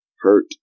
hurt